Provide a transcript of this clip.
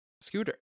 Scooter